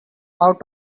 out